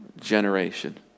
generation